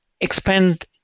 expand